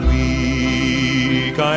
weak